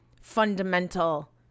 fundamental